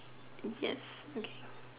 is yes okay